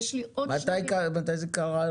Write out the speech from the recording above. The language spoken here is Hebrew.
מתי זה קרה?